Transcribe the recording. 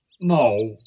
no